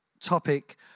topic